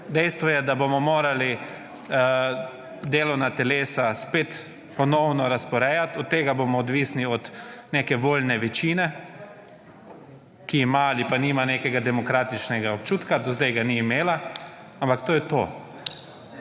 Dejstvo je, da bomo morali delovna telesa spet ponovno razporejati, od tega bomo odvisni od neke voljne večine, ki ima ali pa nima nekega demokratičnega občutka, do sedaj ga ni imela, ampak to je to.